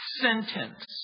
sentence